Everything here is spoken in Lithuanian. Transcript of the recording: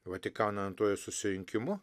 vatikano antrojo susirinkimu